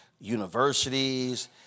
universities